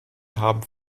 haben